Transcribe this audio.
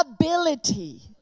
ability